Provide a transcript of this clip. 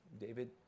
David